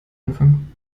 anfang